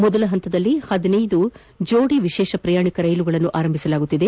ಮೊದಲ ಹಂತದಲ್ಲಿ ಹದಿನೈದು ವಿಶೇಷ ಪ್ರಯಾಣಿಕ ರೈಲುಗಳನ್ನು ಆರಂಭಿಸಲಾಗುತ್ತಿದೆ